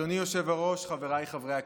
אדוני היושב-ראש, חבריי חברי הכנסת,